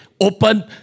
open